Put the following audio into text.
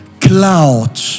cloud